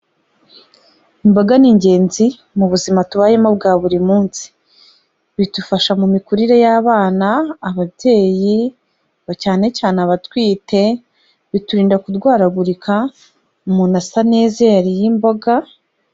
Imboga ni ingenzi mu buzima tubayemo bwa buri munsi, bidufasha mu mikurire y'abana, ababyeyi cyane cyane abatwite, biturinda kurwaragurika, umuntu asa neza iyo yariye mboga.